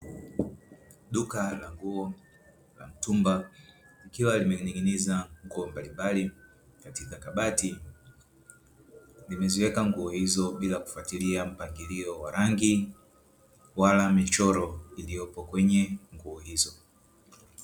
Duka la nguo la mtumba likiwa limening'iniza nguo mbalimbali katika kabati, limeziweka nguzo hizo bila kufuatilia mpangilio wa rangi wala michoro iliyopo kwenye nguo hizo.